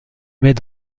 met